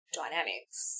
dynamics